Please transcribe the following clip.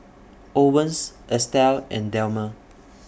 Owens Estelle and Delmer